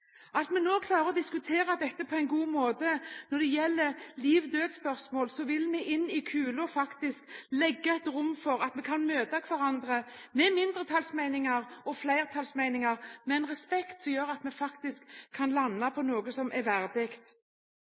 At vi nå klarer å diskutere dette på en god måte når det gjelder spørsmål om liv og død, vil vi inne i kula faktisk lage et rom der vi kan møte hverandre med mindretallsmeninger og flertallsmeninger, med en respekt som gjør at vi faktisk kan lande på noe som er verdig.